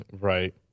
Right